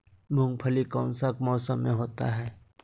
मूंगफली कौन सा मौसम में होते हैं?